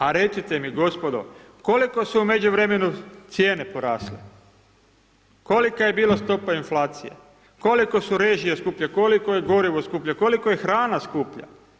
A recite mi gospodo, koliko se u međuvremenu cijene porasle, kolika je bila stopa inflacije, koliko su režije skuplje, koliko je gorivo skuplje, koliko je hrana skuplja.